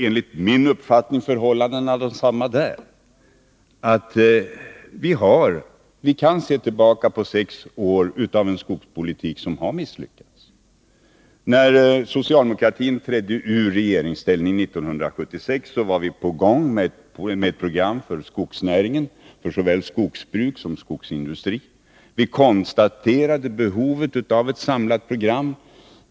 Enligt min uppfattning är förhållandena desamma inom skogspolitiken. Vi kan se tillbaka på sex år av misslyckad skogspolitik. När socialdemokratin trädde ur regeringsställningen 1976 var vi på gång med ett program för skogsnäringen, för såväl skogsbruk som skogsindustri. Vi konstaterade behovet av ett samlat program.